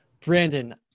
Brandon